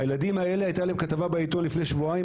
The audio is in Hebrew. הילדים האלה הייתה עליהם כתבה בעיתון לפני שבועיים,